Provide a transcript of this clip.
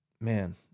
man